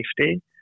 safety